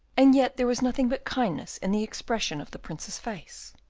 and yet there was nothing but kindness in the expression of the prince's face.